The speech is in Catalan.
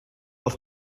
els